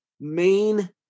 main